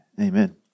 Amen